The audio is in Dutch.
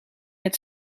het